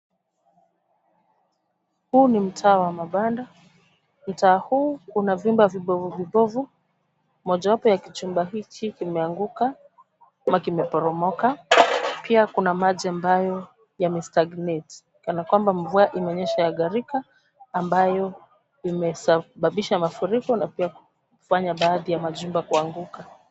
Huu ni mtaa wa mabanda. Mtaa huu una vyumba vibovu. Mojawapo ya kichumba hiki kimeanguka ama kimeporomoka. Pia kuna maji ambayo yamestagnate ; yanakwamba mvua inonyesha yagarika ambayo imesababisha mafuriko na pia kufanya baadhi ya majumba kuanguka.